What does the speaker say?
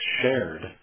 shared